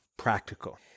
Practical